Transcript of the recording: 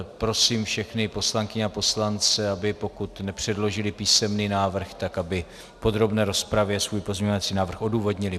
Prosím všechny poslankyně a poslance, aby pokud nepředložili písemný návrh, tak aby v podrobné rozpravě svůj pozměňovací návrh odůvodnili.